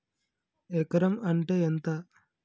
ఎకరం అంటే ఎంత?